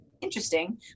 interesting